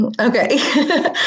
Okay